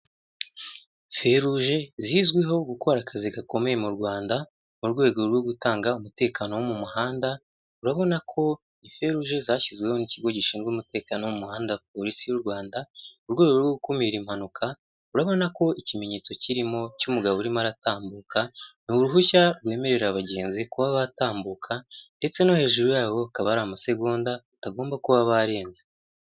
Ferouge zizwiho gukora akazi gakomeye mu Rwanda mu rwego rwo gutanga umutekano wo mu muhanda urabona ko Ferouge zashyizweho n'ikigo gishinzwe umutekano mu muhanda Polisi y'u Rwanda murwego rwo gukumira impanuka urabona ko ikimenyetso kirimo cy'umugabo urimo aratambuka ni uruhushya rwemerera abagenzi kuba batambuka ndetse no hejuru yawo akaba ari amasegonda atagomba kuba barenze.